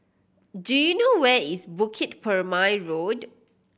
do you know where is Bukit Purmei Road